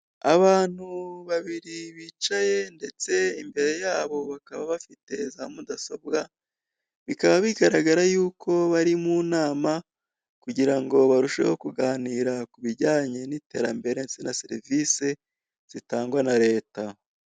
Abantu babiri bicaye ndetse imbere yabo bakaba bafite za mudasobwa, bikaba bigaragara yuko bari mu nama kugira ngo barusheho kuganira ku bijyanye n'iterambere ndetse na serivisi zitangwa na Leta.